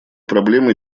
проблемы